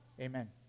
Amen